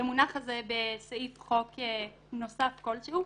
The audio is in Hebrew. המונח הזה בסעיף חוק נוסף כלשהו,